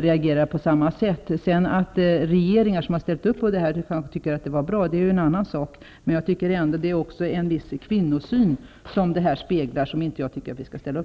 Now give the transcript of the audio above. reagerar på samma sätt. Att sedan rege ringar som har ställt upp på detta kanske tycker att det var bra är en annan sak. Men detta speglar också en viss kvinnosyn, som jag tycker att vi inte skall ställa upp på.